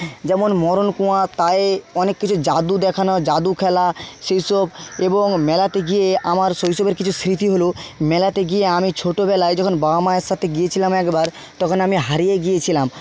যেমন মরণকুয়া তায়ে অনেক কিছু যাদু দেখানো যাদু খেলা সেই সব এবং মেলাতে গিয়ে আমার শৈশবের কিছু স্মৃতি হল মেলাতে গিয়ে আমি ছোটোবেলায় যখন বাবা মায়ের সাথে গিয়েছিলাম একবার তখন আমি হারিয়ে গিয়েছিলাম